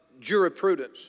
jurisprudence